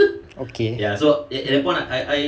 okay